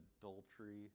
adultery